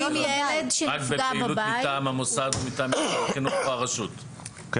זה כולל משלחות לחו"ל, זה לא כולל טיול פרטי.